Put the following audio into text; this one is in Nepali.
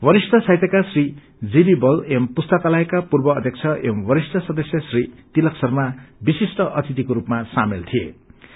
वरिष्ठ साहित्यकार श्री जीबीबल एवं पुस्तकालयका पूर्व अध्यक्ष एव वरिष्ठ सदस्य श्री तिलक शर्मा विशिष्ट अतिथिको सूपमा उपस्थित हुनुहुन्थ्यो